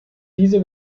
diese